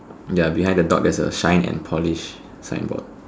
ya behind the dog there's a shine and polish signboard